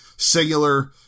singular